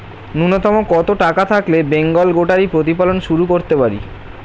নূন্যতম কত টাকা থাকলে বেঙ্গল গোটারি প্রতিপালন শুরু করতে পারি?